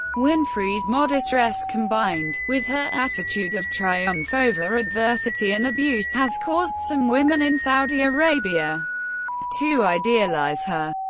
winfrey's modest dress, combined with her attitude of triumph over adversity and abuse has caused some women in saudi arabia to idealize her.